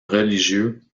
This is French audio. religieux